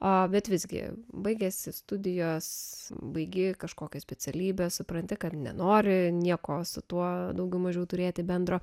o bet visgi baigėsi studijos baigi kažkokią specialybę supranti kad nenori nieko su tuo daugiau mažiau turėti bendro